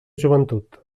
joventut